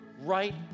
right